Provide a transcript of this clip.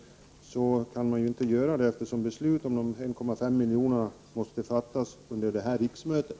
Det kan man inte göra, eftersom beslut om de 1,5 miljonerna måste fattas under det här riksmötet.